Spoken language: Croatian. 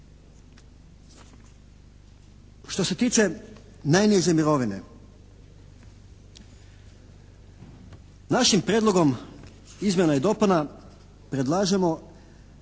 Što se tiče najniže mirovine, našim Prijedlogom izmjena i dopuna predlažemo